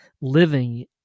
living